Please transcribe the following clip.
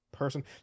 person